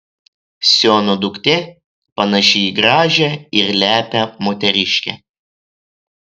siono duktė panaši į gražią ir lepią moteriškę